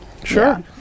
sure